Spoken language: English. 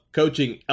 coaching